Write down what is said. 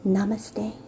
Namaste